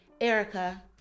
Erica